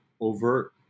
overt